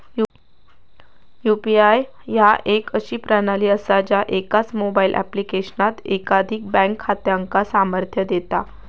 UPI ह्या एक अशी प्रणाली असा ज्या एकाच मोबाईल ऍप्लिकेशनात एकाधिक बँक खात्यांका सामर्थ्य देता